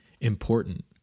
important